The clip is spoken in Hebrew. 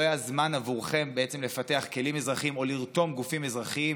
לא היה לכם זמן לפתח כלים אזרחיים או לרתום גופים אזרחיים,